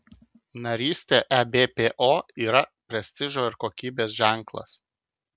narystė ebpo yra prestižo ir kokybės ženklas